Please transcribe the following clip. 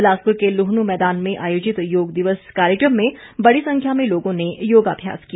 बिलासपुर के लुहण मैदान में आयोजित योग दिवस कार्यक्रम में बड़ी संख्या में लोगों ने योगाभ्यास किया